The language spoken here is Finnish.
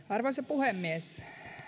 arvoisa puhemies